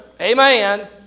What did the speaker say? Amen